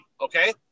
Okay